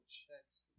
checks